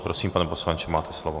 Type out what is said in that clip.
Prosím, pane poslanče, máte slovo.